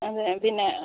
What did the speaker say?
അതെ പിന്നെ